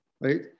right